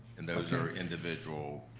and those are individual,